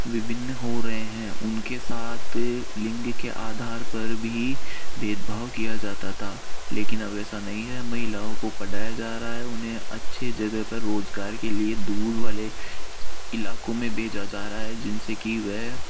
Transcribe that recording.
विभिन्न हो रहे हैं उनके साथ लिंग के आधार पर भी भेदभाव किया जाता था लेकिन अब ऐसा नहीं है महिलाओं को पढ़ाया जा रहा है उन्हें अच्छे जगह पे रोज़गार के लिए दूर वाले इलाक़ों में भेजा जा रहा है जिनसे कि वह